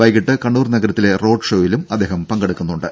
വൈകീട്ട് കണ്ണൂർ നഗരത്തിലെ റോഡ് ഷോയിലും അദ്ദേഹം പങ്കെടുക്കുന്നുണ്ട്